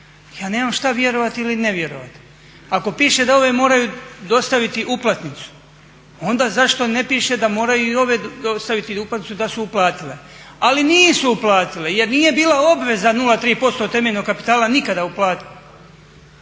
Ja nemam šta vjerovati ili ne vjerovati. Ako piše da ove moraju dostaviti uplatnicu onda zašto ne piše da moraju i ove dostaviti uplatnicu da su uplatile. Ali nisu uplatile jer nije bila obveza 0,3% temeljnog kapitala nikada uplatiti.